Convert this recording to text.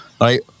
right